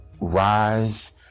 rise